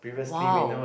!wow!